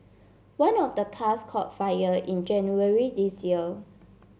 one of the cars caught fire in January this year